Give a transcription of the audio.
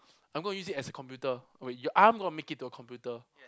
I'm gonna use it as a computer wait I'm gonna make it to a computer